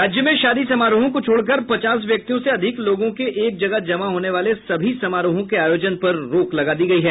राज्य में शादी समारोहों को छोड़कर पचास व्यक्तियों से अधिक लोगों के एक जगह जमा होने वाले सभी समारोहों के आयोजन पर रोक लगा दी गयी है